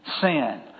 Sin